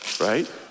right